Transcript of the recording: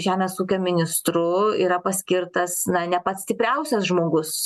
žemės ūkio ministru yra paskirtas na ne pats stipriausias žmogus